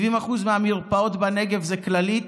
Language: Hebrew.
70% מהמרפאות בנגב זה כללית,